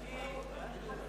אדוני היושב-ראש,